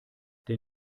der